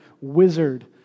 wizard